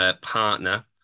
partner